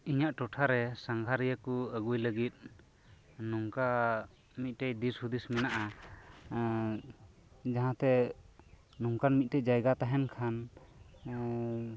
ᱤᱧᱟᱹᱜ ᱴᱚᱴᱷᱟᱨᱮ ᱥᱟᱸᱜᱷᱟᱨᱤᱭᱟᱹ ᱠᱚ ᱟᱹᱜᱩᱭ ᱞᱟᱹᱜᱤᱫ ᱱᱚᱝᱠᱟ ᱢᱤᱫᱴᱮᱱ ᱫᱤᱥᱦᱩᱫᱤᱥ ᱢᱮᱱᱟᱜᱼᱟ ᱡᱟᱦᱟᱸᱛᱮ ᱱᱚᱝᱠᱟᱱ ᱢᱤᱫᱴᱮᱱ ᱡᱟᱭᱜᱟ ᱛᱟᱦᱮᱱ ᱠᱷᱟᱱ